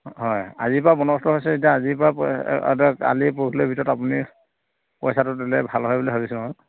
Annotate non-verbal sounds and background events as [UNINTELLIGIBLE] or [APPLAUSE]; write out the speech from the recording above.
অঁ হয় আজিৰ পৰা বন্দোবস্ত হৈছে এতিয়া আজিৰ পৰা [UNINTELLIGIBLE] কালি পৰহিলে ভিতৰত আপুনি পইচাটো দিলে ভাল হয় বুলি ভাবিছোঁ মই